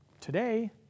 Today